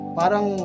parang